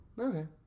Okay